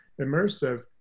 immersive